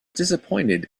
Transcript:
disappointed